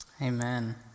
Amen